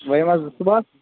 وۅنۍ یِمہٕ حظ بہٕ صُبحَس